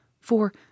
for